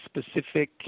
specific